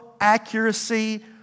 accuracy